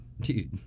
Dude